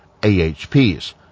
AHPs